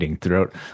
throughout